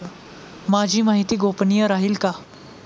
माझी माहिती गोपनीय राहील का?